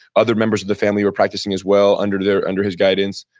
other members of the family were practicing as well under there under his guidance.